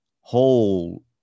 whole